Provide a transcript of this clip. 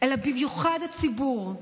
אלא במיוחד הציבור,